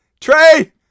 Trey